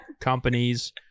companies